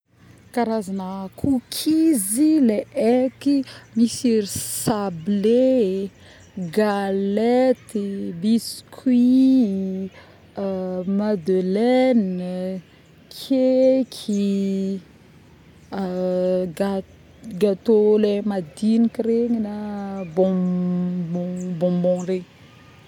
Karazagna kokizy le haiky misy ry sablés ee, galette.yy, biscuit.yy, madelaine, keky, ga. gâteau au lait madignika regny na bon bonbon regny